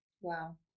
Wow